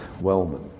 Wellman